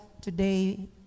today